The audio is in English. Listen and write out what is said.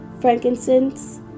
frankincense